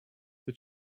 did